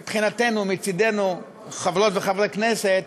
מבחינתנו, מצדנו, חברות וחברי הכנסת,